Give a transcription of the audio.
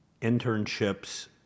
internships